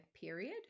period